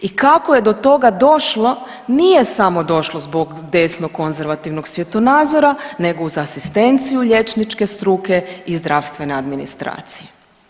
I kako je do toga došlo, nije samo došlo zbog desnog konzervativnog svjetonazora nego uz asistenciju liječničke struke i zdravstvene administracije.